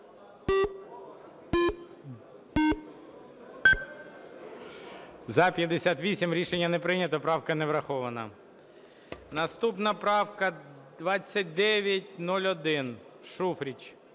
За-58 Рішення не прийнято. Правка не врахована. Наступна правка 2901, Шуфрич.